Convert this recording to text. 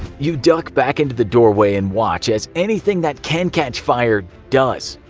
you duck back into the doorway and watch as anything that can catch fire, does.